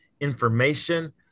information